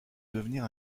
devenir